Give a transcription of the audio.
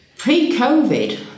Pre-Covid